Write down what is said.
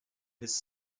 his